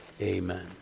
amen